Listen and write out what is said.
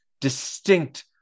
distinct